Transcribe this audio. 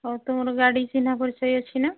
ଆଉ ତୁମର ଗାଡ଼ି ଚିହ୍ନା ପରିଚୟ ଅଛି ନା